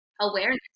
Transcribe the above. awareness